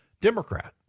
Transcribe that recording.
Democrat